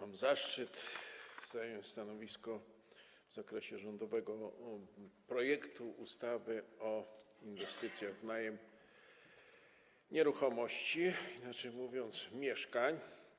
mam zaszczyt przedstawić stanowisko w zakresie rządowego projektu ustawy o firmach inwestujących w najem nieruchomości, inaczej mówiąc, mieszkań.